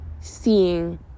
seeing